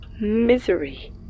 misery